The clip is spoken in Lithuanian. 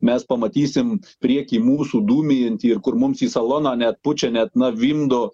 mes pamatysim prieky mūsų dūmijantį ir kur mums į saloną net pučia net na vimdo